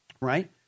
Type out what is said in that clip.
Right